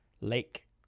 Lake